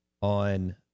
on